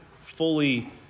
fully